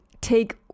take